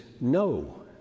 No